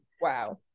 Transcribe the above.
Wow